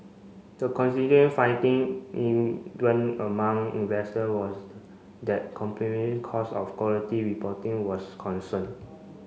the finding even among investor was that costs of quality reporting was concern